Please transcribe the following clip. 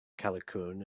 callicoon